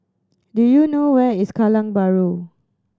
do you know where is Kallang Bahru